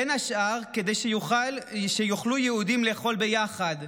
בין השאר כדי שיהודים יוכלו לאכול ביחד.